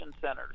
centers